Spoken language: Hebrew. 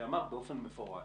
שאמר באופן מפורש